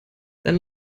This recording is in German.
dann